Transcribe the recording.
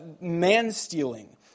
man-stealing